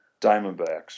Diamondbacks